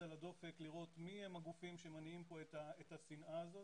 על הדופק לראות מי הם הגופים שמניעים כאן את השנאה הזאת.